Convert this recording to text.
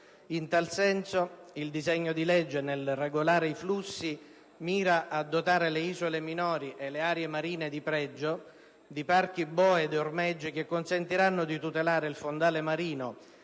In tal senso, il disegno di legge, nel regolare i flussi, mira a dotare le isole minori e le aree marine di pregio di parchi boe ed ormeggi che consentiranno di tutelare il fondale marino,